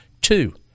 two